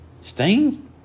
Sting